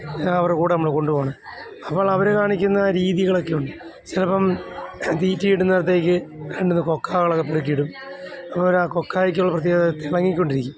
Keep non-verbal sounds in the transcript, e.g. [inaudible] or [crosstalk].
അവരെ കൂടെ നമ്മളെ കൊണ്ടുപോണെ അപ്പോൾ അവർ കാണിക്കുന്ന രീതികളൊക്കെയുണ്ട് ചിലപ്പം തീറ്റി ഇടുന്നടുത്തേക്ക് രണ്ടുമൂന്ന് കൊക്കകളൊക്കെ പെറുക്കിയിടും [unintelligible] കൊക്കയ്ക്കുള്ള പ്രത്യേകത തിളങ്ങിക്കൊണ്ടിരിക്കും